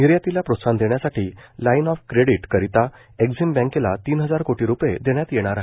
निर्यातीला प्रोत्साहन देण्यासाठी लाईन ऑफ क्रेडिट करिता एक्झीम बँकेला तीन हजार कोटी रुपये देण्यात येणार आहे